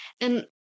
And-